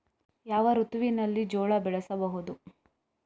ಯಾವ ಋತುವಿನಲ್ಲಿ ಜೋಳ ಬೆಳೆಸಬಹುದು?